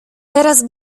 teraz